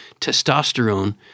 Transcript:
testosterone